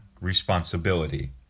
Responsibility